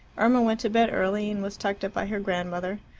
irma went to bed early, and was tucked up by her grandmother.